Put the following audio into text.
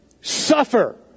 suffer